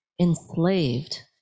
enslaved